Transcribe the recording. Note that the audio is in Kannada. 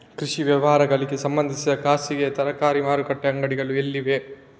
ಕೃಷಿ ವ್ಯವಹಾರಗಳಿಗೆ ಸಂಬಂಧಿಸಿದ ಖಾಸಗಿಯಾ ಸರಕಾರಿ ಮಾರುಕಟ್ಟೆ ಅಂಗಡಿಗಳು ಎಲ್ಲಿವೆ?